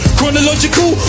Chronological